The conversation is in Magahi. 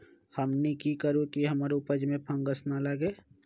हमनी की करू की हमार उपज में फंगस ना लगे?